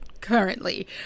currently